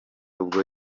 ubwo